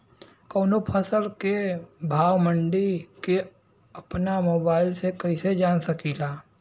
कवनो फसल के भाव मंडी के अपना मोबाइल से कइसे जान सकीला?